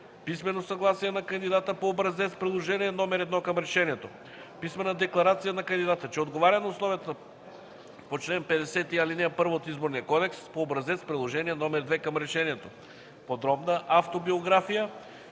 писмено съгласие на кандидата по образец, Приложение № 1 към Решението; - писмена декларация на кандидата, че отговаря на условията по чл. 50, ал. 1 от Изборния кодекс по образец, Приложение № 2 към Решението; - подробна автобиография;